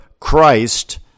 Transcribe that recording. Christ